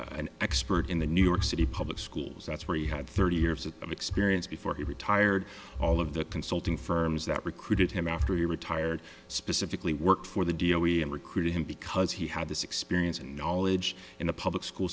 say an expert in the new york city public schools that's where he had thirty years of experience before he retired all of the consulting firms that recruited him after he retired specifically worked for the deal we recruited him because he had this experience and knowledge in a public school